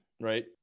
right